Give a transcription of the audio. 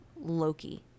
Loki